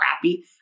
crappy